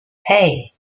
hey